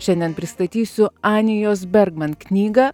šiandien pristatysiu anijos bergman knygą